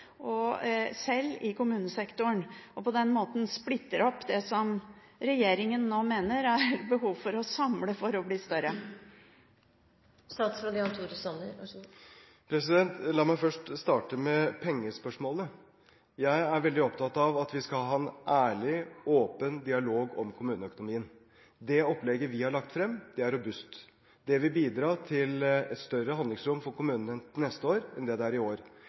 i kommunesektoren, og på den måten splitter opp det som regjeringen nå mener det er behov for å samle for å bli større. La meg først starte med pengespørsmålet. Jeg er veldig opptatt av at vi skal ha en ærlig og åpen dialog om kommuneøkonomien. Det opplegget vi har lagt frem, er robust. Det vil bidra til et større handlingsrom for kommunene til neste år enn det det er i år.